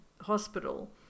hospital